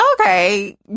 okay